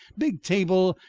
big table,